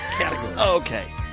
Okay